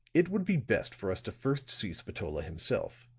it would be best for us to first see spatola himself,